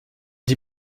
die